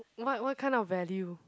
what what kind of value